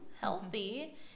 healthy